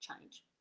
change